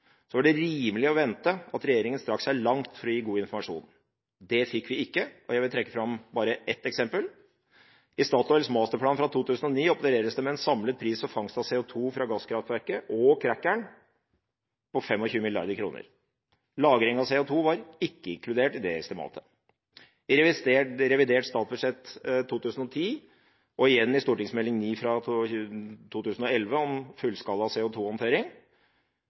var det rimelig å forvente at regjeringen strakk seg langt for å gi god informasjon. Det fikk vi ikke, og jeg vil trekke fram bare ett eksempel: I Statoils masterplan fra 2009 opereres det med en samlet pris på fangst av CO2 fra gasskraftverket og crackeren på 25 mrd. kr. Lagring av CO2 var ikke inkludert i det estimatet. I revidert statsbudsjett for 2010 og igjen i Meld. St. 9 for 2010–2011 om fullskala